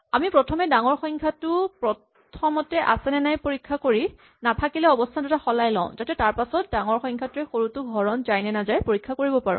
আমি প্ৰথমে ডাঙৰ সংখ্যাটো প্ৰথমতে আছেনে নাই পৰীক্ষা কৰি নাথাকিলে অৱস্হান দুটা সলাই লওঁ যাতে তাৰপাছত ডাঙৰ সংখ্যাটোক সৰুটোৱে হৰণ যায় নে নাযায় পৰীক্ষা কৰিব পাৰো